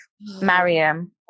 Mariam